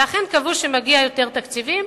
ואכן קבעו שמגיעים יותר תקציבים,